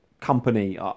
company